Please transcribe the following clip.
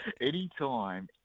Anytime